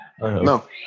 No